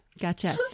Gotcha